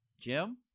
Jim